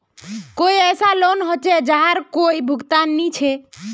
कोई ऐसा लोन होचे जहार कोई भुगतान नी छे?